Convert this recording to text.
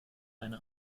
eine